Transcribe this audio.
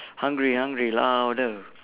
hungry hungry louder